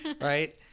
right